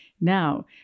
Now